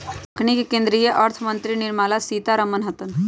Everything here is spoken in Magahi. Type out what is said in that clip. अखनि के केंद्रीय अर्थ मंत्री निर्मला सीतारमण हतन